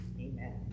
Amen